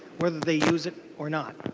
whether they use it or not.